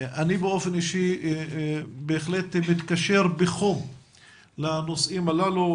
אני באופן אישי בהחלט מתקשר בחום לנושאים הללו,